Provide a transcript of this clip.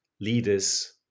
leaders